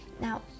Now